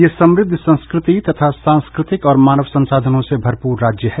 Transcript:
यह समृद्ध संस्कृति तथा सांस्कृतिक और मानव संसाधनों से भरपूर राज्य है